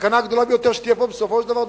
הסכנה הגדולה ביותר היא שתהיה פה בסופו של דבר,